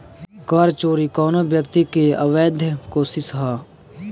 कर चोरी कवनो व्यक्ति के अवैध कोशिस ह